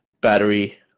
battery